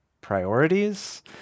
priorities